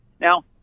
Now